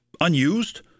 unused